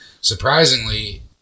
Surprisingly